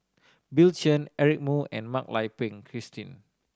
Bill Chen Eric Moo and Mak Lai Peng Christine